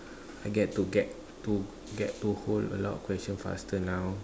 I get to get to get to hold a lot question faster now